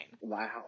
Wow